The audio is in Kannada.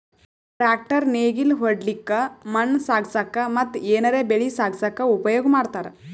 ಟ್ರ್ಯಾಕ್ಟರ್ ನೇಗಿಲ್ ಹೊಡ್ಲಿಕ್ಕ್ ಮಣ್ಣ್ ಸಾಗಸಕ್ಕ ಮತ್ತ್ ಏನರೆ ಬೆಳಿ ಸಾಗಸಕ್ಕ್ ಉಪಯೋಗ್ ಮಾಡ್ತಾರ್